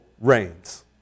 reigns